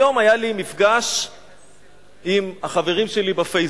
היום היה לי מפגש עם החברים שלי ב"פייסבוק".